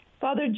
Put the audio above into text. Father